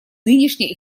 нынешней